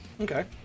Okay